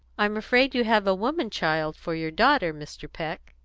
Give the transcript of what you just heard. i'm afraid you have a woman-child for your daughter, mr. peck,